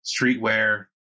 streetwear